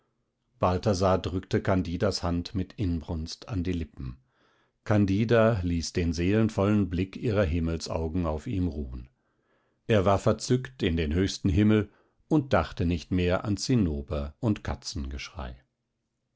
balthasar drückte candidas hand mit inbrunst an die lippen candida ließ den seelenvollen blick ihrer himmelsaugen auf ihm ruhen er war verzückt in den höchsten himmel und dachte nicht mehr an zinnober und